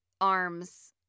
arms